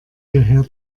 hierher